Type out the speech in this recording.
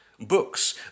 Books